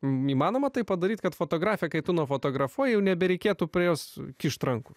neįmanoma tai padaryti kad fotografija kai tu nufotografuoji jau nebereikėtų prie jos kišt rankų